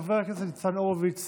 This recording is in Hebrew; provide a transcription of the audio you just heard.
חבר הכנסת ניצן הורוביץ